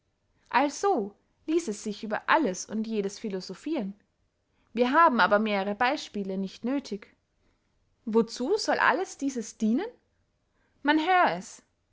also ließ es sich über alles und jedes philosophiren wir haben aber mehrere beyspiele nicht nöthig wozu soll alles dieses dienen man hör es